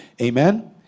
Amen